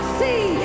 see